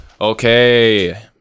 Okay